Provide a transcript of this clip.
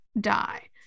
die